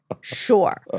sure